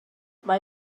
mae